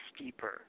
steeper